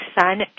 son